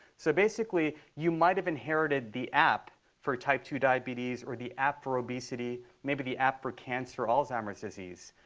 so basically, you might have inherited the app for type two diabetes or the app for obesity, maybe the app for cancer or alzheimer's disease.